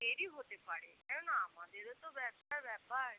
দেরি হতে পারে কেননা আমাদেরও তো ব্যবসার ব্যাপার